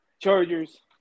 Chargers